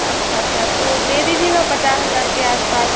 अच्छा अच्छा तो दे दीजिएगा पचास हज़ार के आस पास